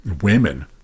women